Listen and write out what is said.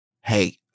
Hey